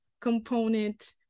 component